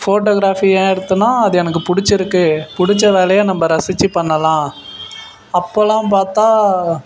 photography ஏன் எடுத்தேன்னால் அது எனக்கு பிடிச்சிருக்கு பிடிச்ச வேலையை நம்ம ரசித்து பண்ணலாம் அப்போவெல்லாம் பார்த்தா